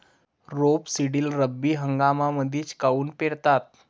रेपसीडले रब्बी हंगामामंदीच काऊन पेरतात?